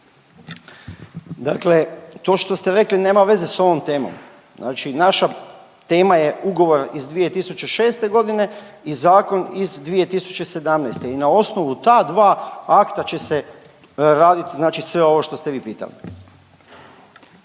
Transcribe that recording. Dakle to što ste rekli nema veze s ovom temom, znači naša tema je ugovor iz 2006.g. i zakon iz 2017. i na osnovu ta dva akta će se radit znači sve ovo što ste vi pitali.